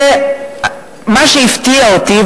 מה שהפתיע אותי,